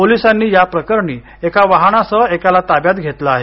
पोलिसांनी या प्रकरणी एका वाहनासह एकाला ताब्यात घेतलं आहे